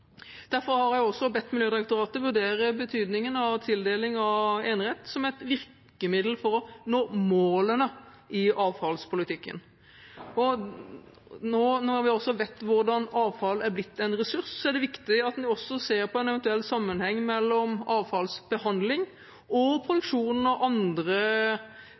Derfor har jeg bedt Miljødirektoratet vurdere betydningen av tildeling av enerett som et virkemiddel for å nå målene i avfallspolitikken. Når vi nå vet hvordan avfall er blitt en ressurs, er det viktig at vi også ser på en eventuell sammenheng mellom avfallsbehandling og produksjon av andre